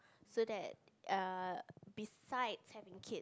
so that err besides having kid